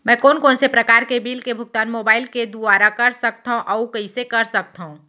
मैं कोन कोन से प्रकार के बिल के भुगतान मोबाईल के दुवारा कर सकथव अऊ कइसे कर सकथव?